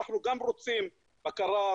אנחנו גם רוצים בקרה,